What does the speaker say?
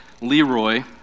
Leroy